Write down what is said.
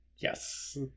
yes